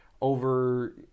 over